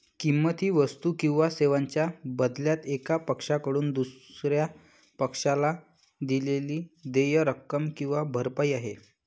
किंमत ही वस्तू किंवा सेवांच्या बदल्यात एका पक्षाकडून दुसर्या पक्षाला दिलेली देय रक्कम किंवा भरपाई आहे